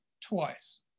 twice